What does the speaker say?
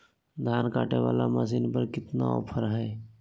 धान कटे बाला मसीन पर कितना ऑफर हाय?